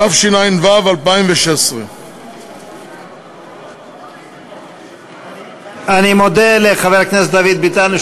התשע"ו 2016. אני מודה לחבר הכנסת דוד ביטן,